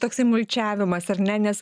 toksai mulčiavimas ar ne nes